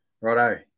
Righto